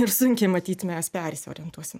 ir sunkiai matyt mes persiorientuosim